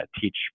teach